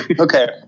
Okay